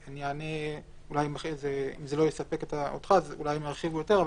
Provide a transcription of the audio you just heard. אם זה לא יספק אותך, אולי הם ירחיבו יותר.